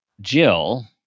Jill